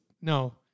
No